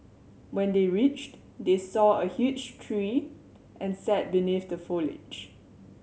when they reached they saw a huge tree and sat beneath the foliage